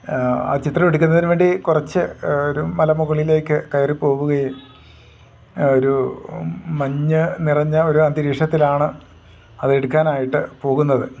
ആ ചിത്രം എടുക്കുന്നതിനുവേണ്ടി കുറച്ച് ഒരു മലമുകളിലേക്ക് കയറിപ്പോവുകയും ഒരു മഞ്ഞുനിറഞ്ഞ ഒരന്തരീക്ഷത്തിലാണ് അതെടുക്കാനായിട്ട് പോകുന്നത്